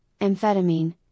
amphetamine